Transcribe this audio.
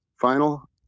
final